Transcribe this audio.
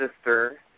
sister